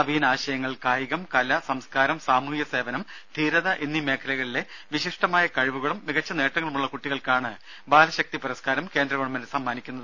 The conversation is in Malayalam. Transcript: നവീനാശയങ്ങൾ കായികം കല സംസ്കാരം സാമൂഹ്യ സേവനം ധീരത എന്നീ മേഖലകളിലെ വിശിഷ്ടമായ കഴിവുകളും മികച്ച നേട്ടങ്ങളും ഉള്ള കുട്ടികൾക്കാണ് ബാലശക്തി പുരസ്കാരം കേന്ദ്രഗവൺമെന്റ് സമ്മാനിക്കുന്നത്